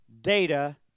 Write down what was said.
data